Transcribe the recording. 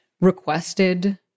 requested